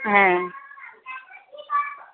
হ্যাঁ